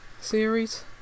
series